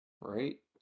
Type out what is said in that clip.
Right